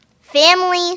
Family